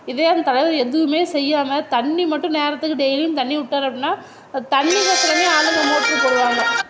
இதே அந்த தலைவர் எதுவுமே செய்யாமல் தண்ணி மட்டும் நேரத்துக்கு டெய்லியும் தண்ணி விட்டார் அப்படின்னா தண்ணிக்கோசரமே ஆளுங்க மோட்டரு போடுவாங்க